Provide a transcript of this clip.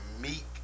Meek